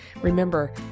Remember